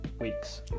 weeks